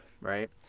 right